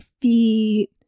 feet